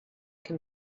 can